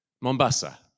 Mombasa